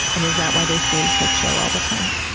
and is that why they seem so chill all the time?